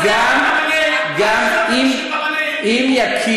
אז תנו לרבני עיר, אם יקימו,